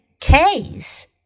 case